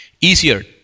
easier